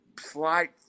Slight